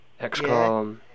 XCOM